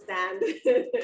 understand